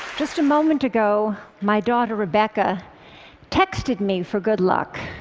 just a moment ago, my daughter rebecca texted me for good luck.